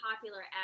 popular